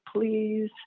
please